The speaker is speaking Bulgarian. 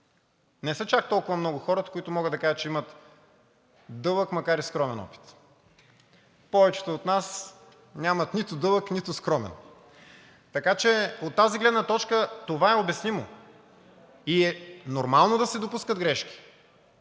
Не са чак толкова много хората, които могат да кажат, че имат дълъг, макар и скромен опит. Повечето от нас нямат нито дълъг, нито скромен. Така че от тази гледна точка това е обяснимо и е нормално да се допускат грешки